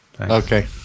Okay